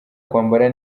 kwambara